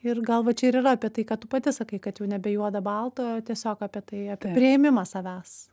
ir gal va čia ir yra apie tai ką tu pati sakai kad jau nebe juoda balta o tiesiog apie tai apie priėmimą savęs